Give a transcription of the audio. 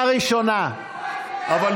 אני פוגש את אזרחי ישראל, והם אומרים,